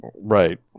Right